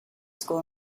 school